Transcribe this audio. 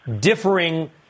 differing